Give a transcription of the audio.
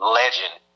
legend